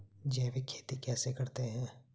जैविक खेती कैसे करते हैं?